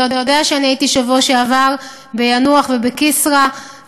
אתה יודע שהייתי בשבוע שעבר ביאנוח ובכסרא,